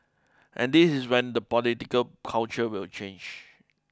and this is when the political culture will change